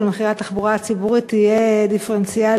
מחירי התחבורה הציבורית תהיה דיפרנציאלית,